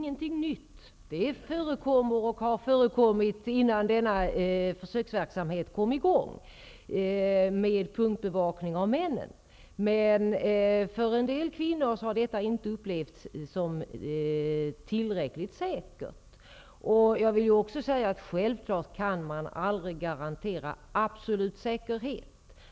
Herr talman! Det är inget nytt. Punktbevakning av männen förekommer och har förekommit innan denna försöksverksamhet kom i gång. För en del kvinnor har detta inte upplevts som tillräckligt säkert. Självklart kan man aldrig garantera absolut säkerhet.